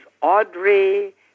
Audrey